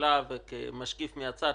בממשלה וכמשקיף מהצד,